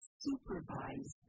supervise